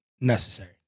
necessary